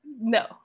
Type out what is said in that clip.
no